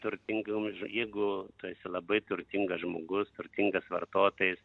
turtingam jeigu tu esi labai turtingas žmogus turtingas vartotojas